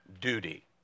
duty